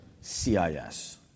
CIS